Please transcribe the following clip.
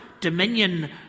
dominion